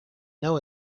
know